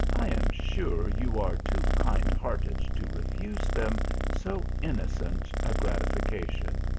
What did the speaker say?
i am sure you are too kind-hearted to refuse them so innocent a gratification.